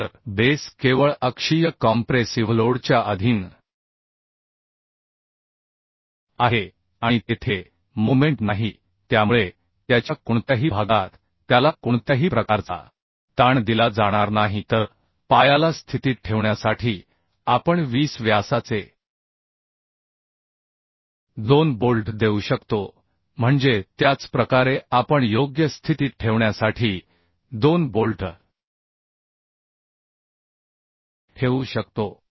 तर बेस केवळ अक्षीय कॉम्प्रेसिव्ह लोडच्या अधीन आहे आणि तेथे मोमेन्ट नाही त्यामुळे त्याच्या कोणत्याही भागात त्याला कोणत्याही प्रकारचा ताण दिला जाणार नाही तर पायाला स्थितीत ठेवण्यासाठी आपण 20 व्यासाचे दोन बोल्ट देऊ शकतो म्हणजे त्याच प्रकारे आपण योग्य स्थितीत ठेवण्यासाठी दोन बोल्ट ठेवू शकतो